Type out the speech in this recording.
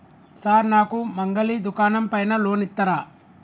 Sir నాకు మంగలి దుకాణం పైన లోన్ ఇత్తరా?